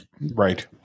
right